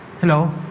Hello